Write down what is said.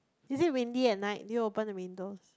is it windy at night do you open the windows